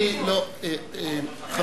אני לא, אבל למה לא שר האוצר?